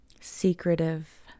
secretive